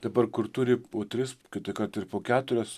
dabar kur turi po tris kiti kad ir po keturias